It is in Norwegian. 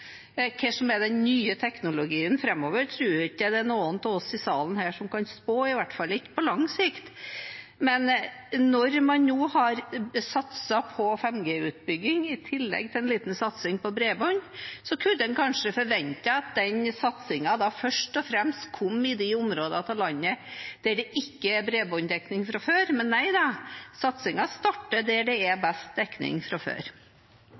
Hva som er den nye teknologien framover, tror jeg ikke det er noen av oss i salen her som kan spå, i hvert fall ikke på lang sikt. Men når man nå har satset på 5G-utbygging, i tillegg til en liten satsing på bredbånd, kunne en kanskje forvente at den satsingen først og fremst kom i de områdene av landet der det ikke er bredbåndsdekning fra før, men nei da, satsingen starter der det er best dekning fra før.